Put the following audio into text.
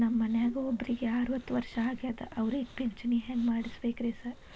ನಮ್ ಮನ್ಯಾಗ ಒಬ್ರಿಗೆ ಅರವತ್ತ ವರ್ಷ ಆಗ್ಯಾದ ಅವ್ರಿಗೆ ಪಿಂಚಿಣಿ ಹೆಂಗ್ ಮಾಡ್ಸಬೇಕ್ರಿ ಸಾರ್?